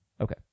Okay